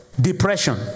Depression